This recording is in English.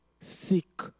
seek